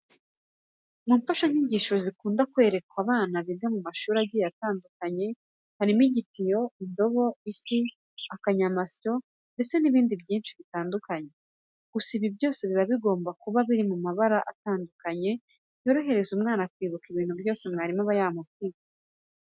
Mu mfashanyigisho zikunda kwerekwa abana biga mu mashuri agiye atandukanye, harimo nk'igitiyo, indobo, ifi, akanyamasyo ndetse n'ibindi byinshi bitandukanye. Gusa ibi byose biba bigomba kuba biri mu mabara atandukanye yorohereza umwana kwibuka ibintu byose mwarimu aba yamubwiye.